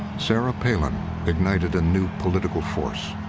sarah palin ignited a new political force.